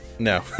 No